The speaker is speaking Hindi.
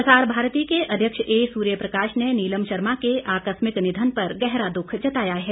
प्रसार भारती के अध्यक्ष एसूर्य प्रकाश ने नीलम शर्मा के आकस्मिक निधन पर गहरा दुख जताया है